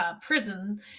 prison